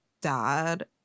dad